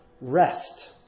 rest